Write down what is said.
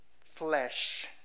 flesh